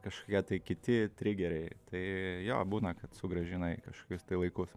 kažkokie tai kiti trigeriai tai jo būna kad sugrąžina į kažkokius tai laikus